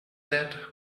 that